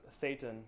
Satan